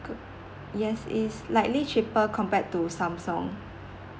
yes it's slightly cheaper compared to samsung